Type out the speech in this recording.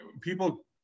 people